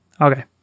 Okay